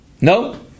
No